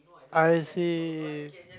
I see